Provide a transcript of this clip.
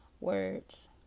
words